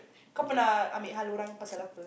I mean